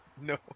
No